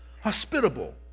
hospitable